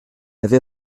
avait